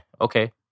okay